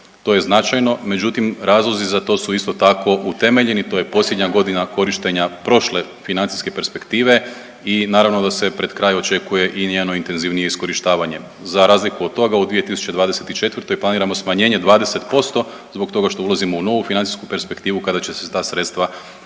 to je značajno, međutim, razlozi za to su isto tako utemeljeni, to je posljednja godina korištenja prošle financijske perspektive i naravno da se pred kraj očekuje i njeno intenzivnije iskorištavanje. Za razliku od toga, u 2024. planiramo smanjenje 20% zbog toga što ulazimo u novu financijsku perspektivu kada će se ta sredstva